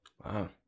Wow